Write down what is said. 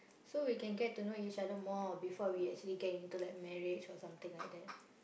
so we can get to know each other more or before we actually get into like marriage or something like that